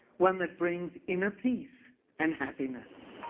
one that brings inner peace and happiness.